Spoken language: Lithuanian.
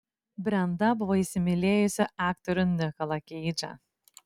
brenda buvo įsimylėjusi aktorių nikolą keidžą